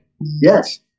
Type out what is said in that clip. Yes